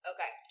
Okay